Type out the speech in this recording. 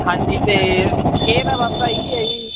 ਹਾਂਜੀ ਅਤੇ ਇਹਦਾ ਬਸ ਇਹੀ